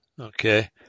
Okay